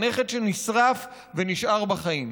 הנכד שנשרף ונשאר בחיים.